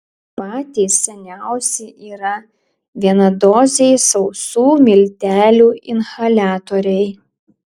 patys seniausi yra vienadoziai sausų miltelių inhaliatoriai